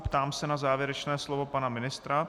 Ptám se na závěrečné slovo pana ministra.